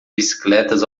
bicicletas